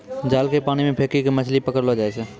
जाल के पानी मे फेकी के मछली पकड़लो जाय छै